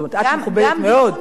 זאת אומרת, את מכובדת מאוד.